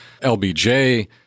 LBJ